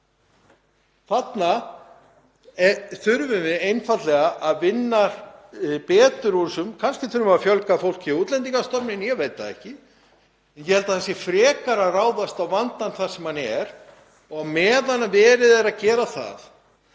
Við þurfum einfaldlega að vinna betur úr þessu. Kannski þurfum við að fjölga fólki hjá Útlendingastofnun, ég veit það ekki. Ég held að það sé frekar að ráðast á vandann þar sem hann er og að á meðan verið er að gera það